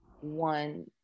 one